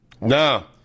No